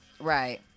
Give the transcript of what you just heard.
right